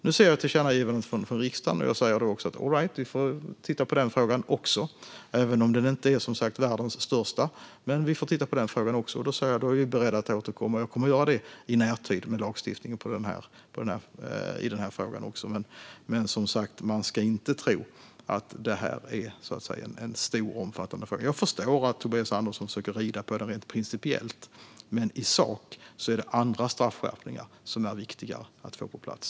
Nu ser jag tillkännagivandet från riksdagen och säger: All right, vi får titta på den frågan också, även om den som sagt inte är världens största. Vi är beredda att i närtid återkomma med lagstiftningsförslag i den frågan. Men man ska som sagt inte tro att detta är en stor, omfattande fråga. Jag förstår att Tobias Andersson försöker rida på den rent principiellt. Men i sak finns det andra straffskärpningar som är viktigare att få på plats.